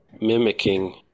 mimicking